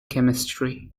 chemistry